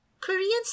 Koreans